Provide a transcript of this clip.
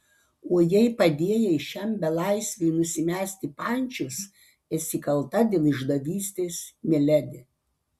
o jei padėjai šiam belaisviui nusimesti pančius esi kalta dėl išdavystės miledi